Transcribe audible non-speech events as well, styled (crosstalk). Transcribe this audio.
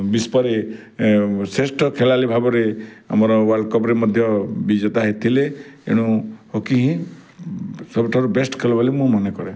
(unintelligible) ଶ୍ରେଷ୍ଠ ଖେଲାଲି ଭାବରେ ଆମର ୱାଲ୍ଡ଼୍ କପ୍ରେ ମଧ୍ୟ ବିଜେତା ହେଇଥିଲେ ଏଣୁ ହକି ହିଁ ସବୁଠାରୁ ବେଷ୍ଟ୍ ଖେଳ ବୋଲି ମୁଁ ମନେ କରେ